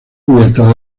cubierta